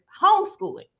homeschooling